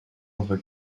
entre